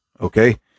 okay